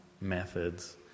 methods